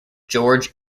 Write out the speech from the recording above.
george